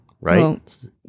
right